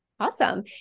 Awesome